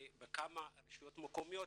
זה בכמה רשויות מקומיות,